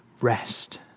rest